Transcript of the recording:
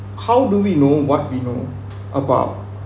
how do we know what we know about